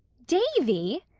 davy!